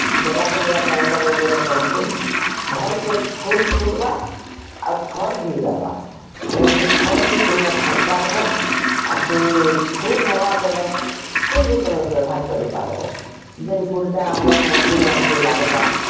ବେଲା କେ ବେଲା ପାଣି ଦବ ବୋଲେ ତମକୁ ଭଲ୍ସେ ଫୁଲ୍ ଫୁଟ୍ବା ଆଉ ଫଲ୍ ବି ଦବା କାରଣ ସେ ଫଲ୍ ବି ତୁମେ ଖାଇ ପାର୍ବୋଁ ଆଉ ଯେ ଫୁଲ୍ ହେବା ବେଲେ ଫୁଲ୍ ବି ତମେ ବ୍ୟବହାର କରି ପାର୍ବୋଁ ଯେନ୍ ଫୁଲ୍ଟା ଆମର ମନ୍ଦିର୍ମାନଙ୍କେଁ ଲାଗବାଁ